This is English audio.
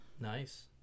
Nice